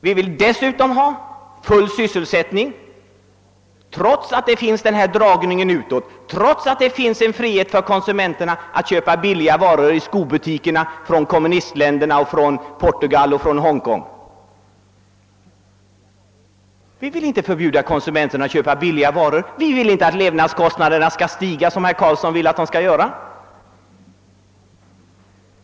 Vi vill dessutom ha full sysselsättning, trots denna dragning utåt från företagens sida, trots friheten för konsumenterna att t.ex. i skobutikerna köpa billiga varor från kommunistländerna, från Portugal och från Hongkong. Vi vill inte förbjuda konsumenterna att köpa billiga varor. Vi vill inte att levnadskostnaderna skall stiga, som herr Karlsson vill att de skall göra.